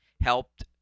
Helped